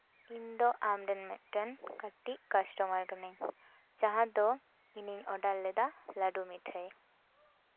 ᱤᱧ ᱫᱚ ᱟᱢᱨᱮᱱ ᱢᱤᱫᱴᱟᱝ ᱠᱟᱹᱴᱤᱡ ᱠᱟᱥᱴᱚᱢᱟᱨ ᱠᱟᱱᱟᱧ ᱡᱟᱦᱟᱸ ᱫᱚ ᱤᱧᱤᱧ ᱚᱰᱟᱨ ᱞᱮᱫᱟ ᱞᱟᱹᱰᱩ ᱢᱤᱴᱷᱟᱹᱭ